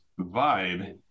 vibe